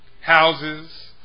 houses